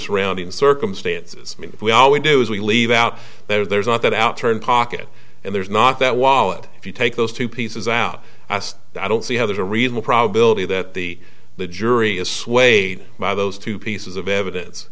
surrounding circumstances i mean we all we do is we leave out there there's not that outearn pocket and there's not that wallet if you take those two pieces out i don't see how there's a reasonable probability that the the jury is swayed by those two pieces of evidence